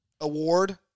award